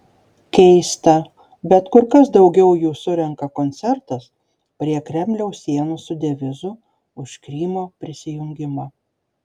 keista bet kur kas daugiau jų surenka koncertas prie kremliaus sienų su devizu už krymo prisijungimą